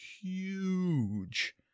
huge